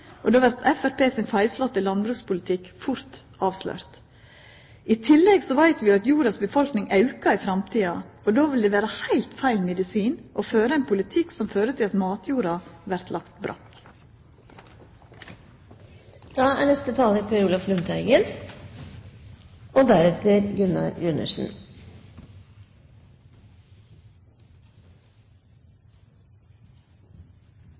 og då vert Framstegspartiet sin feilslåtte landbrukspolitikk fort avslørt. I tillegg veit vi at jordas befolkning vil auka i framtida, og då vil det vera heilt feil medisin å føra ein politikk som fører til at matjorda vert lagd brakk. Norsk og